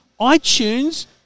iTunes